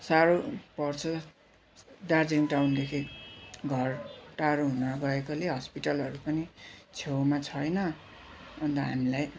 साह्रो पर्छ दार्जिलिङ टाउनदेखि घर टाढो हुन गएकोले हस्पिटलहरू पनि छेउमा छैन अन्त हामीलाई